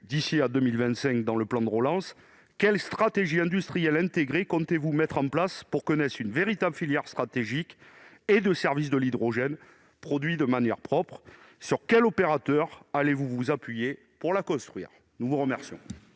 d'ici à 2022 dans le plan de relance, quelle stratégie industrielle intégrée comptez-vous mettre en place pour que naisse une véritable filière stratégique et de services permettant de produire de l'hydrogène de manière propre ? Sur quel opérateur allez-vous vous appuyer pour la construire ? La parole est